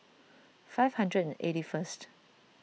five hundred and eighty first